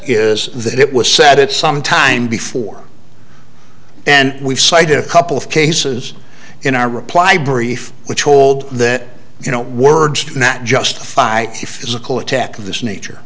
is that it was said it some time before and we've cited a couple of cases in our reply brief which hold that you know words do not justify a physical attack of this nature